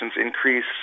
increase